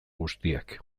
guztiak